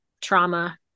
trauma